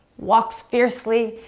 walks fiercely.